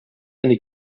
eine